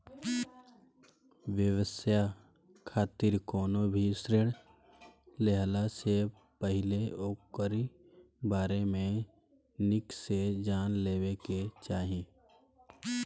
व्यवसाय खातिर कवनो भी ऋण लेहला से पहिले ओकरी बारे में निक से जान लेवे के चाही